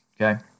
okay